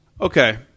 Okay